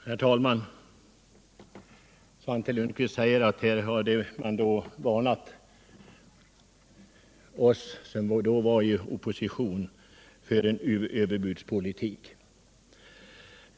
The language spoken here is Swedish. Herr talman! Svante Lundkvist säger att man varnade oss, när vi var i opposition, för en överbudspolitik.